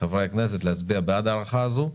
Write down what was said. חברי הכנסת להצביע בעד ההארכה הזו,